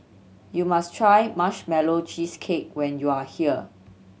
you must try Marshmallow Cheesecake when you are here